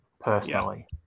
personally